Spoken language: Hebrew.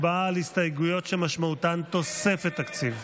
הצבעה על הסתייגויות שמשמעותן תוספת תקציב.